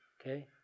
okay